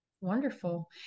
Wonderful